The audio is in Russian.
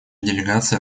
делегация